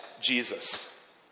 Jesus